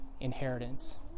inheritance